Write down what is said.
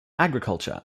agriculture